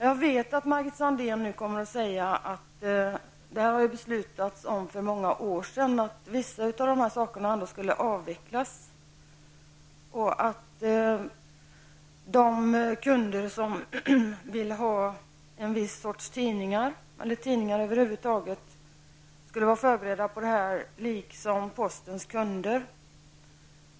Jag vet att Margit Sandéhn kommer att säga att beslutet har fattats för många år sedan och att vissa av dessa saker ändå kommer att avvecklas. De kunder som vill ha en viss sorts tidningar, eller tidningar över huvud taget, skulle vara förberedda liksom postens kunder.